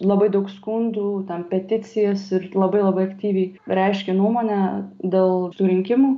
labai daug skundų ten peticijas ir labai labai aktyviai reiškė nuomonę dėl tų rinkimų